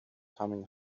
coming